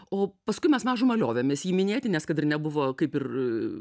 o paskui mes mažumą liovėmės jį minėti nes kad ir nebuvo kaip ir